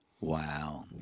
Wow